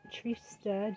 Trista